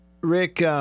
Rick –